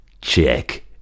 Check